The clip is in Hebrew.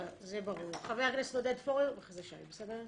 זה ברור, חבר הכנסת עודד פורר ואחרי זה שי באבד.